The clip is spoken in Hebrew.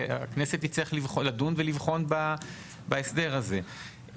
והכנסת תצטרך לדון ולבחון בהסדר הזה.